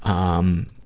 um, ah,